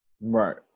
Right